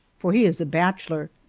for he is a bachelor.